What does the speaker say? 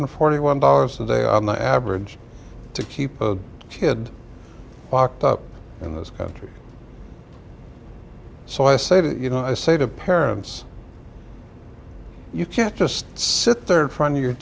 ed forty one dollars a day on the average to keep the kid locked up in this country so i say that you know i say to parents you can't just sit there in front of your